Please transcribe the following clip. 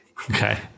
Okay